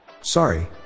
Sorry